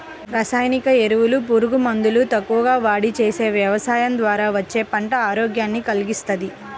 రసాయనిక ఎరువులు, పురుగు మందులు తక్కువగా వాడి చేసే యవసాయం ద్వారా వచ్చే పంట ఆరోగ్యాన్ని కల్గిస్తది